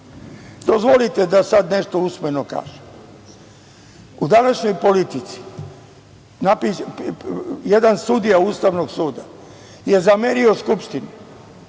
da sada nešto usmeno kažem. U današnjoj politici, jedan sudija Ustavnog suda je zamerio Skupštini